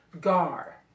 gar